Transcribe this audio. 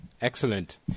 Excellent